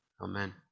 Amen